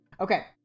Okay